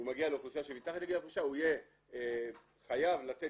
אם הוא מגיע לאוכלוסייה שמתחת לגיל הפרישה הוא יהיה חייב לתת